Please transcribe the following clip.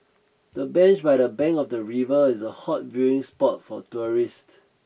the bench by the bank of the river is a hot viewing spot for tourists